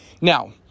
Now